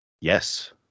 Yes